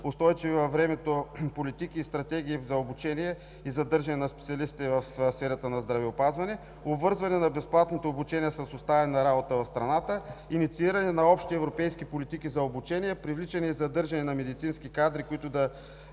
устойчиви във времето политики и стратегии за обучение и задържане на специалистите в сферата на здравеопазването; обвързване на безплатното обучение с оставане на работа в страната; иницииране на общи европейски политики за обучение; привличане и задържане на медицински кадри, които да